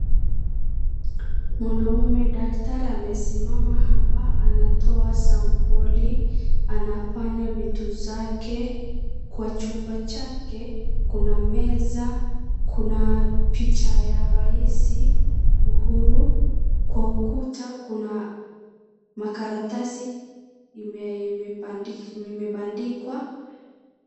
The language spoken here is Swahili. Mwanaume daktari amesimama hapa anatoa sampuli, anafanya vitu zake. Kwa chumba chake kuna meza, kuna picha ya rais Uhuru, kwa ukuta kuna makaratasi imebandikwa.